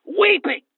Weeping